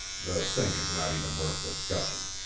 the thing is not even worth discussion.